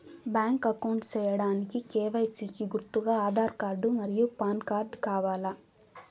Bank account సేయడానికి KYC కి గుర్తుగా ఆధార్ కార్డ్ మరియు పాన్ కార్డ్ కావాలా?